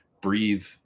breathe